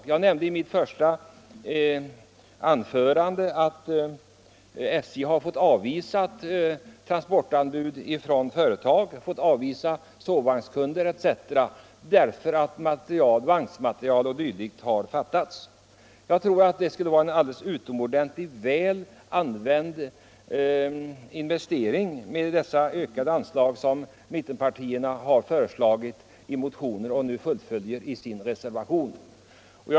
Jag nämnde i mitt första anförande att SJ har fått avvisa företag som velat ha transporter utförda, att man fått avvisa sovvagnskunder etc. därför att vagnar och annan materiel har saknats. Jag tror att det skulle vara utomordentligt väl använda pengar att ge SJ det ökade anslag som mittenpartierna har föreslagit i sin motion, ett förslag som nu fullföljs i en reservation.